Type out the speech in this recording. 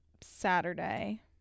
Saturday